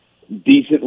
decently